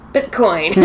Bitcoin